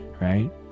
right